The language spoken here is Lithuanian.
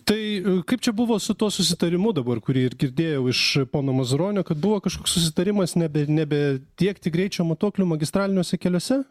tai kaip čia buvo su tuo susitarimu dabar kurį ir girdėjau iš pono mazuronio kad buvo kažkoks susitarimas nebe nebetiekti greičio matuoklių magistraliniuose keliuose